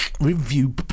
review